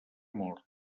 mort